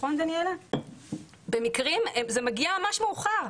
זה מגיע ממש מאוחר.